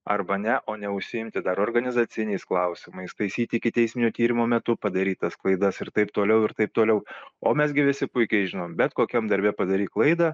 arba ne o neužsiimti dar organizaciniais klausimais taisyti ikiteisminio tyrimo metu padarytas klaidas ir taip toliau ir taip toliau o mes gi visi puikiai žinom bet kokiam darbe padarei klaidą